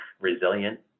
resilient